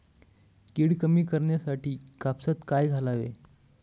कीड कमी करण्यासाठी कापसात काय घालावे?